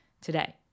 today